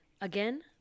Again